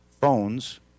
phones